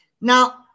Now